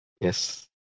yes